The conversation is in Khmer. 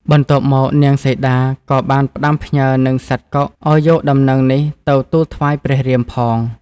បន្ទាប់មកនាងសីតាក៏បានផ្តាំផ្ញើនឹងសត្វកុកឱ្យយកដំណឹងនេះទៅទូលថ្វាយព្រះរាមផង។